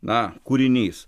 na kūrinys